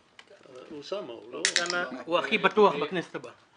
אוסאמה הוא הכי בטוח בכנסת הבאה.